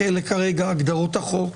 אלה כרגע הגדרות החוק.